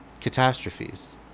catastrophes